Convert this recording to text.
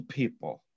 people